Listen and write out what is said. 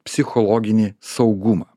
psichologinį saugumą